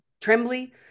trembly